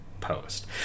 post